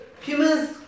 human's